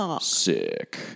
Sick